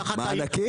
תגיד ל- -- מענקים.